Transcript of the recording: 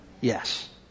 Yes